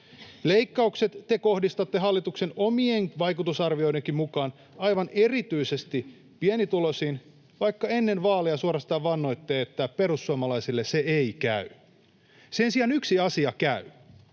Leikkaukset te kohdistatte hallituksen omien vaikutusarvioidenkin mukaan aivan erityisesti pienituloisiin, vaikka ennen vaaleja suorastaan vannoitte, että perussuomalaisille se ei käy. Sen sijaan yksi asia käy,